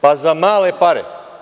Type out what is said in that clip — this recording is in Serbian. Pa, za male pare.